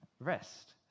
Rest